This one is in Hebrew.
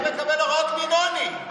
אתה מקבל הוראות מנוני,